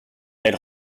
elle